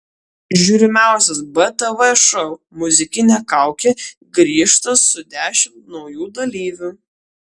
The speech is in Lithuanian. žiūrimiausias btv šou muzikinė kaukė grįžta su dešimt naujų dalyvių